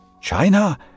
China